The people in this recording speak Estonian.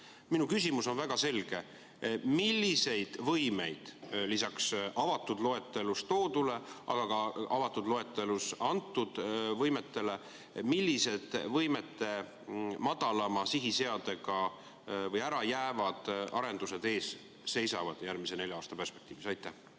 Minu küsimus on väga selge: milliste võimete, lisaks avatud loetelus toodule, aga ka milliste avatud loetelus antud võimete madalam sihiseade või ärajäävad arendused ees seisavad järgmise nelja aasta perspektiivis? Aitäh!